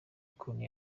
ukuntu